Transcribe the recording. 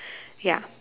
ya